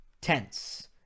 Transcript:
tense